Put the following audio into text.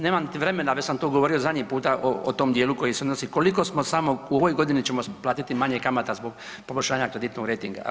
Nemam ti vremena, već sam to govorio zadnji puta o, o tom dijelu koji se odnosi, koliko smo samo u ovoj godini ćemo platiti manje kamata zbog poboljšanja kreditnog rejtinga.